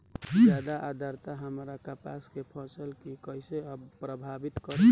ज्यादा आद्रता हमार कपास के फसल कि कइसे प्रभावित करी?